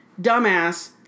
dumbass